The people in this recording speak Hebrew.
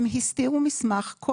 הם הסתירו מסמך.